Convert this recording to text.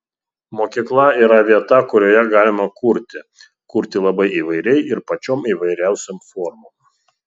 mokykla yra vieta kurioje galima kurti kurti labai įvairiai ir pačiom įvairiausiom formom